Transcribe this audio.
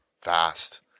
fast